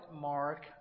Mark